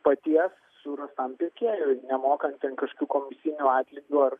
paties surastam pirkėjui nemokant ten kažkokių komisinių atlygių ar